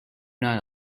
not